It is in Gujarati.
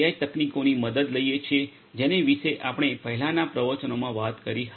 તકનીકોની મદદ લઈએ છીએ જેની વિશે આપણે પહેલાના પ્રવચનોમાં વાત કરી હતી